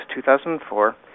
2004